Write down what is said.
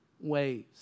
ways